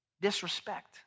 Disrespect